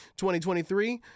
2023